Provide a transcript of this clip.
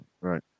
Right